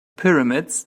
pyramids